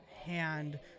hand